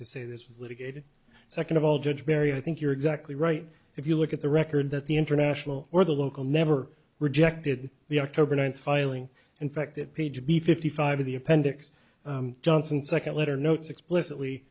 to say this was litigated second of all judge mary i think you're exactly right if you look at the record that the international or the local never rejected the october ninth filing infected p g fifty five of the appendix johnson second letter notes explicitly